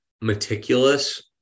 meticulous